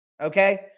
Okay